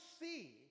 see